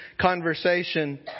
conversation